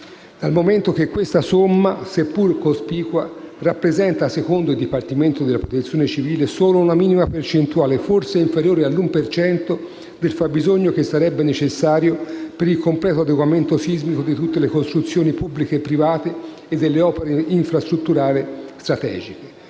dal momento che tale somma, seppur cospicua, «rappresenta - secondo il dipartimento della Protezione civile - solo una minima percentuale, forse inferiore all'1 per cento, del fabbisogno che sarebbe necessario per il completo adeguamento sismico di tutte le costruzioni, pubbliche e private, e delle opere infrastrutturali strategiche».